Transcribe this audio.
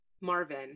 Marvin